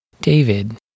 David